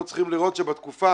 אנחנו צריכים לראות שבתקופה